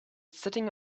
sitting